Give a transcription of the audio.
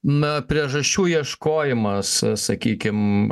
na priežasčių ieškojimas sakykim